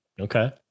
Okay